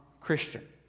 Christian